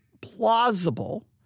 plausible